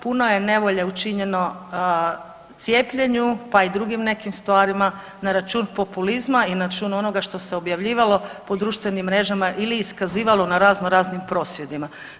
Puno je nevolje učinjeno cijepljenju, pa i drugim nekim stvarima na račun populizma i na račun onoga što se objavljivalo po društvenim mrežama ili iskazivalo na razno raznim prosvjedima.